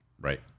right